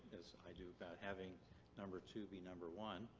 as i do, about having number two be number one,